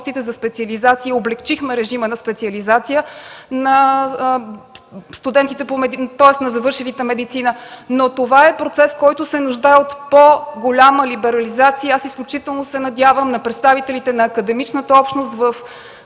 за специализация, облекчихме режима на специализация на завършилите медицина. Но това е процес, който се нуждае от по-голяма либерализация. Аз изключително се надявам на представителите на академичната общност в